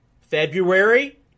February